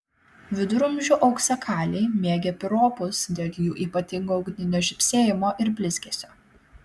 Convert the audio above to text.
viduramžių auksakaliai mėgę piropus dėl jų ypatingo ugninio žybsėjimo ir blizgesio